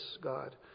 God